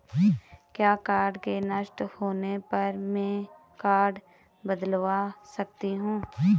क्या कार्ड के नष्ट होने पर में कार्ड बदलवा सकती हूँ?